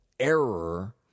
Error